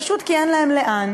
פשוט כי אין להם לאן.